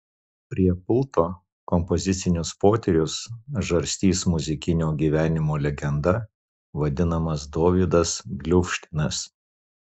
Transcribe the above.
prie pulto kompozicinius potyrius žarstys muzikinio gyvenimo legenda vadinamas dovydas bluvšteinas